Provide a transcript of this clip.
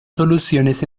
soluciones